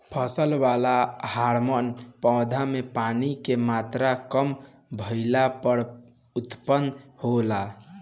फसल वाला हॉर्मोन पौधा में पानी के मात्रा काम भईला पर उत्पन्न होला